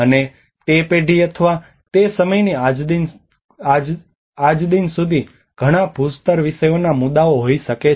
અને તે પેઢી અથવા તે સમયથી આજ સુધી ઘણા ભૂસ્તર વિષયોના મુદ્દાઓ હોઈ શકે છે